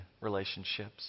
relationships